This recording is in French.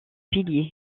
piliers